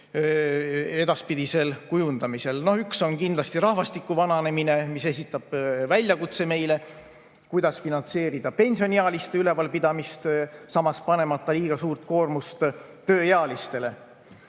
edaspidisel kujundamisel. Üks on kindlasti rahvastiku vananemine, mis esitab meile väljakutse, kuidas finantseerida pensioniealiste ülevalpidamist, panemata samas liiga suurt koormust tööealistele.